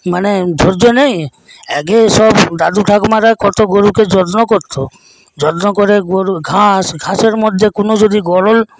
মানে ধৈর্য্য নেই আগে সব দাদু ঠাকুমারা কত গরুকে যত্ন করতো যত্ন করে গরুর ঘাস ঘাসের মধ্যে কোনো যদি গরল